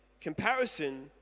comparison